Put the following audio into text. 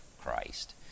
Christ